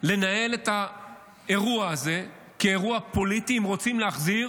לנהל את האירוע הזה כאירוע פוליטי אם רוצים להחזיר